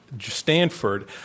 Stanford